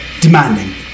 demanding